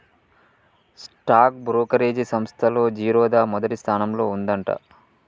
stock brokerage సంస్తల్లో జిరోదా మొదటి స్థానంలో ఉందంట